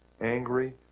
angry